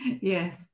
yes